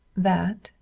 that,